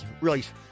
right